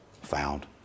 found